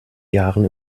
jahren